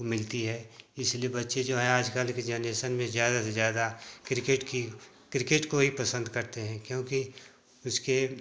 मिलती है इसलिए बच्चे जो हैं आजकल के जेनरेसन में ज़्यादा से ज़्यादा किर्केट की किर्केट को ही ज़्यादा पसंद करते हैं क्योंकि उसके